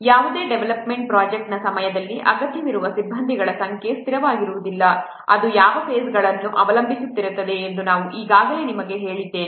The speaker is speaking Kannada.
ಯಾವುದೇ ಡೆವಲಪ್ಮೆಂಟ್ ಪ್ರೊಜೆಕ್ಟ್ನ ಸಮಯದಲ್ಲಿ ಅಗತ್ಯವಿರುವ ಸಿಬ್ಬಂದಿಗಳ ಸಂಖ್ಯೆ ಸ್ಥಿರವಾಗಿರುವುದಿಲ್ಲ ಅದು ಯಾವ ಫೇಸ್ಗಳನ್ನು ಅವಲಂಬಿಸಿರುತ್ತದೆ ಎಂದು ನಾನು ಈಗಾಗಲೇ ನಿಮಗೆ ಹೇಳಿದ್ದೇನೆ